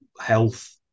health